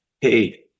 hey